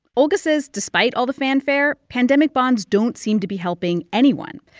olga says despite all the fanfare, pandemic bonds don't seem to be helping anyone.